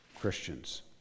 Christians